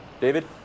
David